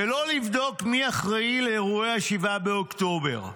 ולא לבדוק מי אחראי לאירועי 7 באוקטובר.